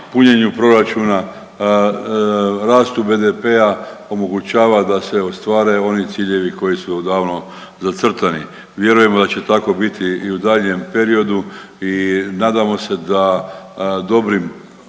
punjenju proračuna, rastu BDP-a, omogućava da se ostvare oni ciljevi koji su odavno zacrtani. Vjerujemo da će tako biti i u daljnjem periodu i nadamo se da dobrim